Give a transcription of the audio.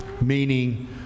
meaning